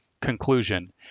Conclusion